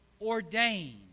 ordained